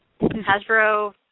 Hasbro